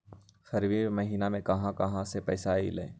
फरवरी महिना मे कहा कहा से पैसा आएल?